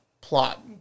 plot